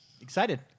Excited